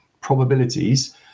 probabilities